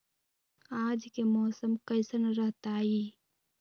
आज के मौसम कैसन रहताई?